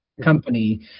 company